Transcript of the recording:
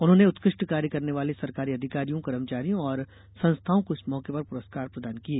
उन्होंने उत्कृष्ट कार्य करने वाले सरकारी अधिकारियों कर्मचारियों और संस्थाओं को इस मौके पर पुरस्कार प्रदान किये